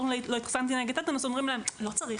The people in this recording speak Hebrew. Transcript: לא התחסנתי נגד טטנוס" אז אומרים להם: "לא צריך,